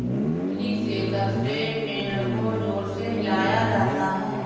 tree shaker से पेड़ को जोर से हिलाया जाता है